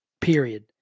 Period